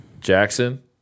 Jackson